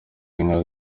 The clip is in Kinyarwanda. inka